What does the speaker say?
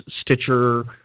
Stitcher